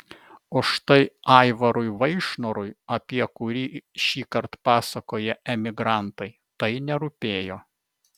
o štai aivarui vaišnorui apie kurį šįkart pasakoja emigrantai tai nerūpėjo